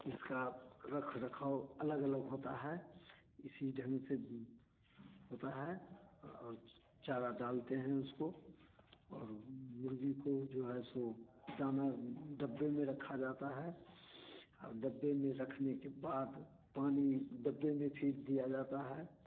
इसका रखरखाव अलग अलग होता है इसी ढंग से होता है और चारा डालते हैं उसको और मुर्गी को जो है सो दाना डब्बे में रखा जाता है और डब्बे में रखने के बाद पानी में डब्बे में फिर दिया जाता है